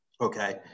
Okay